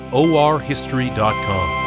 orhistory.com